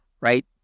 right